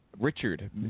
Richard